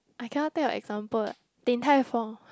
I cannot think of example Din Tai Fung